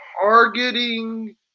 targeting